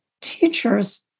teachers